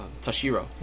Tashiro